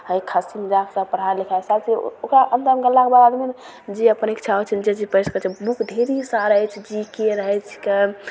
हइ खास पढ़ाइ लिखाइ सबचीज ओकरा अन्दरमे गेलाके बादमे जे आओर परीक्षा होइ छै ने जे चीज पढ़ि सकै छै बुक ढेरी सारा रहै छै जी के रहै छिकै